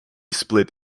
split